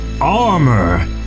armor